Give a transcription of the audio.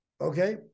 okay